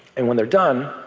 and when they're done,